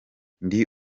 ndi